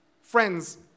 Friends